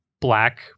black